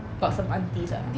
got some aunties ah